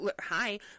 hi